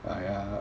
!aiya!